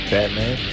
Batman